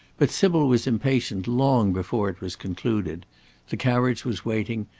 but sybil was impatient long before it was concluded the carriage was waiting,